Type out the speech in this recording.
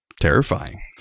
terrifying